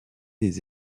des